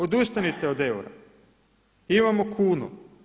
Odustanite od eura, imamo kunu.